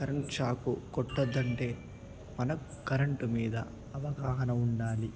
current షాక్కు కొట్టదంటే మనకు కరెంటు మీద అవగాహన ఉండాలి